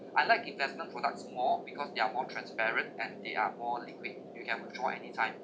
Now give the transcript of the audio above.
I like investment products more because they are more transparent and they are more liquid you can withdraw anytime